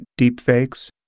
deepfakes